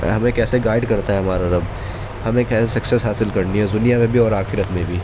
ہمیں کیسے گائڈ کرتا ہے ہمارا رب ہمیں کیسے سیکسیز حاصل کرنی ہے اس دنیا میں بھی اور آخرت میں بھی